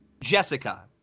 Jessica